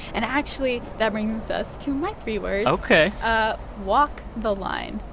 and, actually, that brings us to my three words ok ah walk the line.